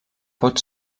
pot